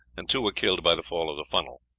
and two were killed by the fall of the funnel.